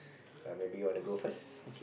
err maybe you want to go first